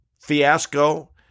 fiasco